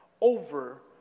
over